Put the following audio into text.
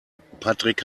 patrick